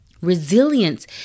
Resilience